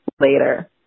Later